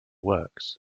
works